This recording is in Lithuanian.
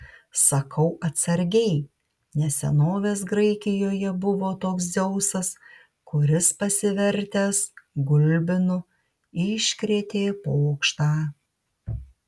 sakau atsargiai nes senovės graikijoje buvo toks dzeusas kuris pasivertęs gulbinu iškrėtė pokštą